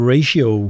Ratio